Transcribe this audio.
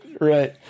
right